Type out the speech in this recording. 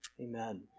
Amen